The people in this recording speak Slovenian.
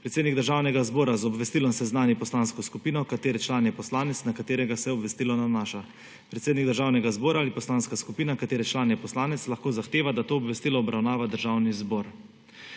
Predsednik Državnega zbora z obvestilom seznani poslansko skupino, katere član je poslanec, na katerega se obvestilo nanaša. Predsednik Državnega zbora ali poslanska skupina, katere član je poslanec, lahko zahteva, da to obvestilo obravnava Državni zbor.